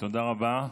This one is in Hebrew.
תודה רבה.